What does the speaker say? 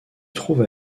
trouve